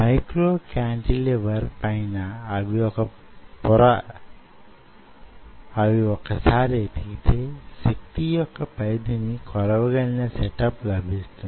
micro cantilever పైన అవి వొక సారి ఎదిగితే శక్తి యొక్క పరిధిని కొలవగలిగిన సెటప్ అభిస్తుంది